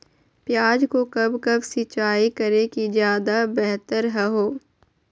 प्याज को कब कब सिंचाई करे कि ज्यादा व्यहतर हहो?